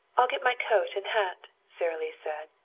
i'll get my coat and hat, sara lee said,